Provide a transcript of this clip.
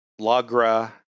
Lagra